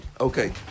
Okay